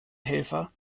helfer